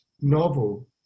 novel